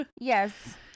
Yes